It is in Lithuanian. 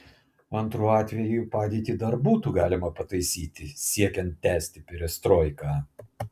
antru atveju padėtį dar būtų galima pataisyti siekiant tęsti perestroiką